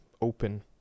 open